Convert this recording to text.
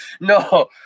no